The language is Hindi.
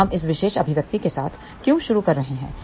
तो हम इस विशेष अभिव्यक्ति के साथ क्यों शुरू कर रहे हैं